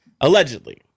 Allegedly